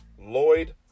Lloyd